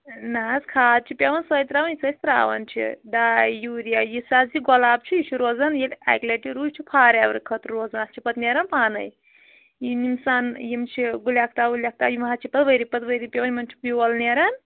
نہَ حظ کھاد چھِ پیٚوان سۅے ترٛاوٕنۍ یُس أسۍ ترٛاوان چھِ ڈاے یوٗریا یُس حظ یہِ گۅلاب چھُ یہِ چھُ روزان ییٚلہِ اکہِ لٹہِ رُوِوٗ یہِ چھُ فار اَیوَر خٲطرٕ روزان اتھ چھِ پَتہٕ نیٚران پانے یِم اِنسان یِم چھِ گُلِ آفتاب وُلہِ آفتاب یِم حظ چھِ ؤری پَتہٕ ؤری پیٚوان یِمن چھُ بیٛوٗل نیٚران